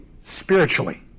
spiritually